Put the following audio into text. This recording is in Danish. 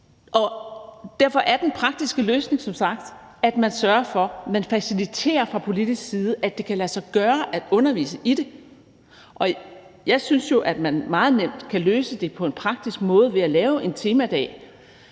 derfor er den praktiske løsning som sagt, at man sørger for fra politisk side at facilitere, at det kan lade sig gøre at undervise i det. Jeg synes jo, at man meget nemt kan løse det på en praktisk måde ved at lave en temadag.